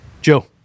Joe